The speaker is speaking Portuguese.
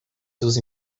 seus